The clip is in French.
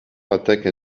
attaque